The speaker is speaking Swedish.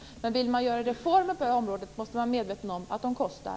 Men om man vill göra reformer på det här området måste man vara medveten om att de kostar.